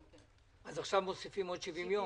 אז עכשיו מוסיפים עוד 70 יום